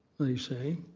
they say,